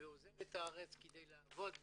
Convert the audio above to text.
ועוזב את הארץ כדי לעבוד בחו"ל,